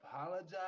apologize